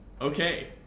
okay